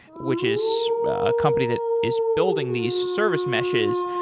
which is a company that is building these service meshes.